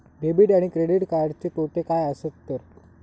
Debit आणि credit कार्डचे तोटे काय आसत तर?